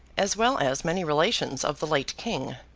as well as many relations of the late king.